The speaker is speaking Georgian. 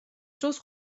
დროს